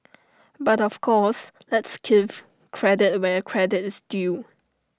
but of course let's give credit where credit is due